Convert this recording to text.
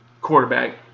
quarterback